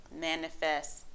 manifest